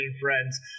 Friends